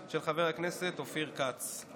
של חבר הכנסת אופיר כץ.